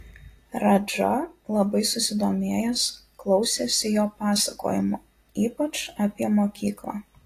radža labai susidomėjęs klausėsi jo pasakojimo ypač apie mokyklą